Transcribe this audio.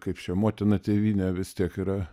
kaip čia motina tėvynė vis tiek yra